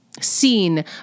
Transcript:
seen